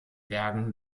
bergen